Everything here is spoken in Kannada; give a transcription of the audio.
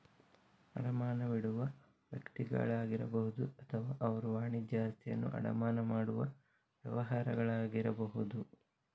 ಅಡಮಾನವಿಡುವ ವ್ಯಕ್ತಿಗಳಾಗಿರಬಹುದು ಅಥವಾ ಅವರು ವಾಣಿಜ್ಯ ಆಸ್ತಿಯನ್ನು ಅಡಮಾನ ಮಾಡುವ ವ್ಯವಹಾರಗಳಾಗಿರಬಹುದು